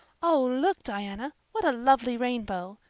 oh, look, diana, what a lovely rainbow!